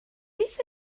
beth